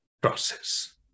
process